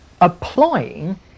applying